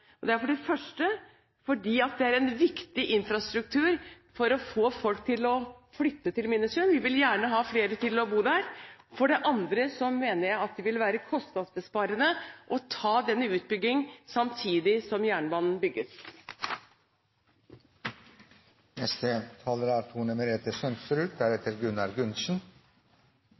For det første betyr det en viktig infrastruktur for å få folk til å flytte til Minnesund, vi vil gjerne ha flere til å bo der, og for det andre mener jeg at det vil være kostnadsbesparende å ta denne utbyggingen samtidig som jernbanen bygges. Vei- og jernbaneprosjekter i Norge er